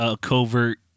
covert